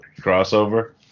crossover